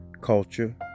culture